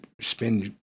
spend